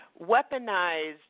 weaponized